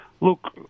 Look